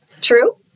True